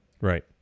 right